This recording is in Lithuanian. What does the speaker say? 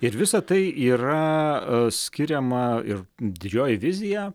ir visa tai yra skiriama ir didžioji vizija